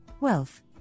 wealth